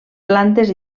plantes